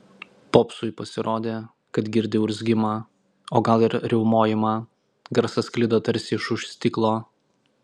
popsui pasirodė kad girdi urzgimą o gal ir riaumojimą garsas sklido tarsi iš už stiklo